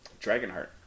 Dragonheart